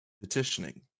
petitioning